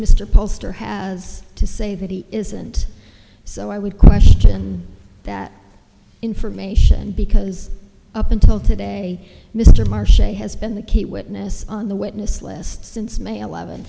mr poster has to say that he isn't so i would question that information because up until today mr marsh a has been the key witness on the witness list since may eleven